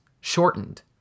shortened